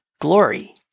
glory